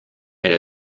elle